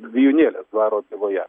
vijūnėlės dvaro byloje